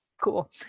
cool